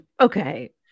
Okay